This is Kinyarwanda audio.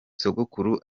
sogokuru